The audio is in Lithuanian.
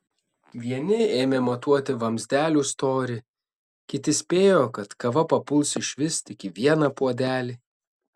vieni ėmė matuoti vamzdelių storį kiti spėjo kad kava papuls išvis tik į vieną puodelį